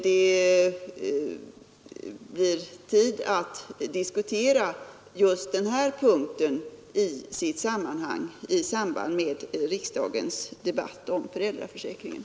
Det blir tid att diskutera just den här punkten i sitt sammanhang i samband med riksdagens debatt om föräldraförsäkringen.